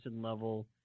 level